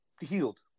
healed